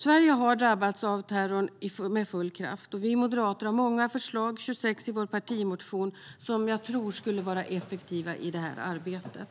Sverige har drabbats av terrorn med full kraft. Vi moderater har många förslag, 26 förslag i vår partimotion, som jag tror skulle vara effektiva i det här arbetet.